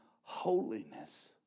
holiness